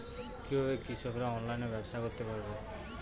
কিভাবে কৃষকরা অনলাইনে ব্যবসা করতে পারে?